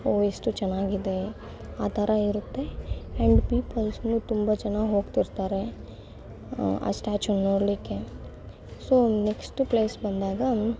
ಓ ಎಷ್ಟು ಚೆನ್ನಾಗಿದೆ ಆ ಥರ ಇರುತ್ತೆ ಆ್ಯಂಡ್ ಪಿಪಲ್ಸ್ನು ತುಂಬ ಜನ ಹೋಗ್ತಿರ್ತಾರೆ ಆ ಸ್ಟ್ಯಾಚುನ ನೋಡಲಿಕ್ಕೆ ಸೊ ನೆಕ್ಸ್ಟ್ ಪ್ಲೇಸ್ ಬಂದಾಗ